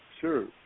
sure